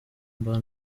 mba